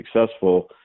successful